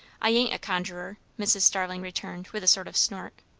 i ain't a conjuror, mrs. starling returned with a sort of snort.